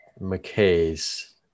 McKay's